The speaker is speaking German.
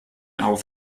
auf